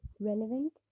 relevant